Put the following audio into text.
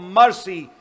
mercy